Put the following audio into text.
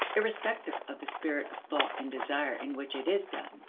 irrespective of the spirit of thought and desire in which it is done,